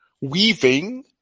Weaving